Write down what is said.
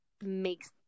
makes